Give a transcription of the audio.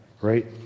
right